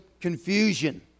Confusion